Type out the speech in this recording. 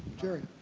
jerry,